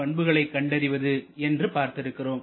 பண்புகளை கண்டறிவது என்று பார்த்திருக்கிறோம்